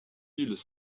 îles